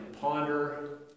ponder